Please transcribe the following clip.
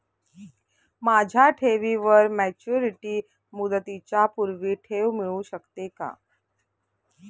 माझ्या ठेवीवर मॅच्युरिटी मुदतीच्या पूर्वी ठेव मिळू शकते का?